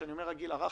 כשאני אומר הגיל הרך,